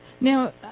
Now